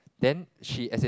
then she as in